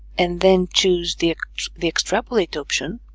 and then choose the the extrapolate option